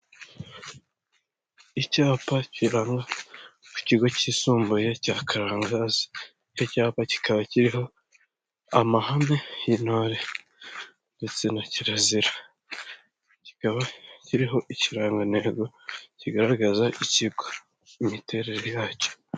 Icyapa kiraho ku kigo cyisumbuye cya karangazi, icyapa kikaba kiriho amahame y'intore ndetse na kirazira. kikaba kiriho ikirangantego kigaragaza ikigo imiterere yacyo.